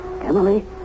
Emily